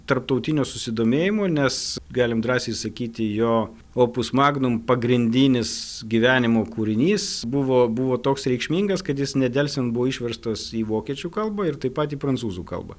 tarptautinio susidomėjimo nes galim drąsiai sakyti jo opus magnum pagrindinis gyvenimo kūrinys buvo buvo toks reikšmingas kad jis nedelsiant buvo išverstas į vokiečių kalbą ir taip pat į prancūzų kalbą